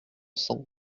cents